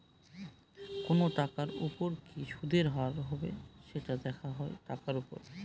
কোনো টাকার উপর কি সুদের হার হবে, সেটা দেখা হয় টাকার উপর